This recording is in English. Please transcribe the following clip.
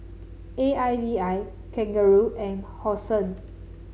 A I B I Kangaroo and Hosen